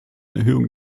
erhöhung